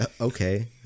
Okay